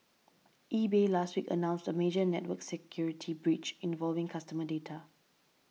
eBay last week announced a major network security breach involving customer data